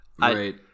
right